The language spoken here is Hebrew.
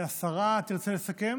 השרה תרצה לסכם?